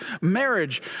marriage